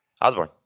Osborne